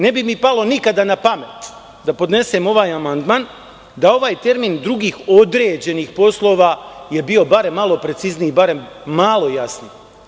Ne bi mi palo nikada na pamet da podnesem ovaj amandman, da je ovaj termin drugih određenih poslova bio barem malo precizniji, barem malo jasniji.